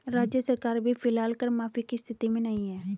राज्य सरकार भी फिलहाल कर माफी की स्थिति में नहीं है